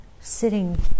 sitting